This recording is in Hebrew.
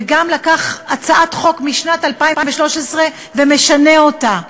וגם לקח הצעת חוק משנת 2013 והוא משנה אותה?